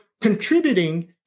contributing